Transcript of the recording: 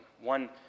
One